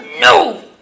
No